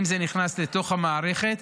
אם זה נכנס לתוך המערכת.